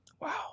Wow